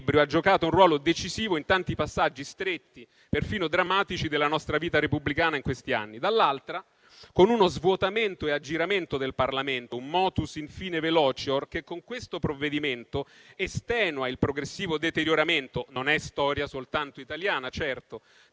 ha giocato un ruolo decisivo in tanti passaggi stretti, perfino drammatici, della nostra vita repubblicana in questi anni; dall'altra, con uno svuotamento e aggiramento del Parlamento, un *motus* *in fine velocior*, che con questo provvedimento estenua il progressivo deterioramento - non è storia soltanto italiana, certo